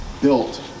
built